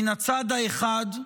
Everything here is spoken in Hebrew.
מן הצד האחד,